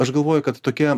aš galvoju kad tokie